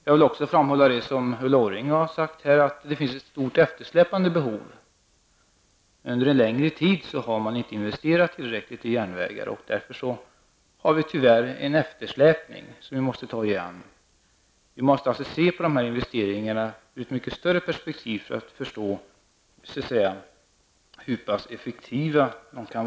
Jag vill också understryka vad Ulla Orring sagt om att det finns ett stort eftersläpande behov. Under en längre tid har man inte investerat tillräckligt i järnvägarna och därför tyvärr fått en eftersläpning som vi nu måste ta igen. Vi måste se på dessa investeringar i ett mycket större perspektiv och ta hänsyn till den effektivitet de ger.